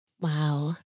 wow